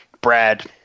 Brad